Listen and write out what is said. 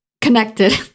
Connected